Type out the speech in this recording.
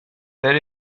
tel